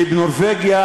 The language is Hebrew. אז, בבקשה, משפט אחרון.